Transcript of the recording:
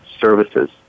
services